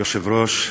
אדוני היושב-ראש,